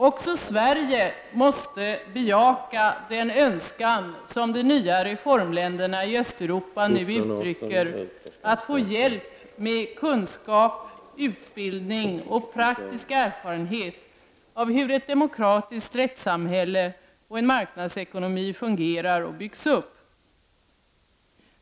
Också Sverige måste bejaka den önskan som de nya reformländerna i Östeuropa nu uttrycker om att få hjälp med kunskap, utbildning och praktisk erfarenhet av hur ett demokratiskt rättssamhälle och en marknadsekonomi fungerar och byggs upp.